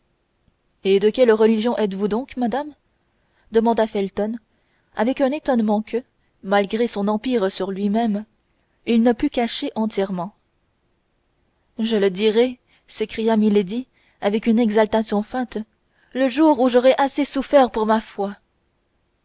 et de quelle religion êtes-vous donc madame demanda felton avec un étonnement que malgré son empire sur lui-même il ne put cacher entièrement je le dirai s'écria milady avec une exaltation feinte le jour où j'aurai assez souffert pour ma foi